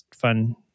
fun